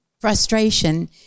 frustration